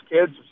kids